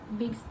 big